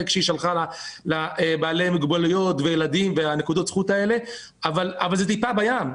שהיא שלחה לבעלי המוגבלויות אבל זאת טיפה בים.